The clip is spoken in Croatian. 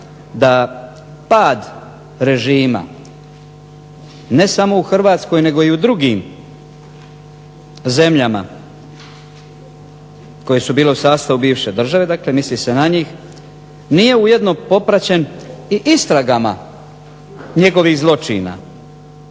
da pad režima ne samo u Hrvatskoj nego i u drugim zemljama koje su bile u sastavu bivše države, misli se na njih, nije ujedno popraćen i istragama njegovih zločina.